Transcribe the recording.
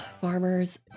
Farmers